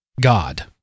God